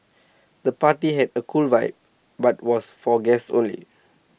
the party had A cool vibe but was for guests only